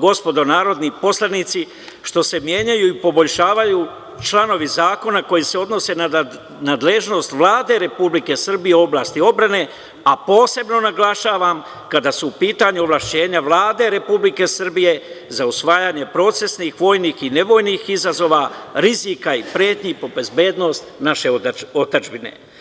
gospodo narodni poslanici, što se menjaju i poboljšavaju članovi zakoni koji se odnose na nadležnost Vlade Republike Srbije u oblasti odbrane, a posebno naglašavam kada su u pitanju ovlašćenja Vlade Republike Srbije za usvajanje procesnih, vojnih i nevojnih izazova, rizika i pretnji po bezbednost naše otadžbine.